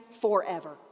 forever